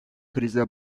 krize